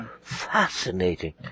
Fascinating